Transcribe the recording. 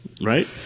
Right